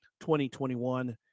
2021